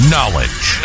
Knowledge